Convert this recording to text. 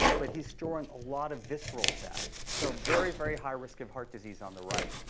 but he's storing a lot of visceral fat. so very, very high risk of heart disease on the right.